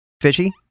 Fishy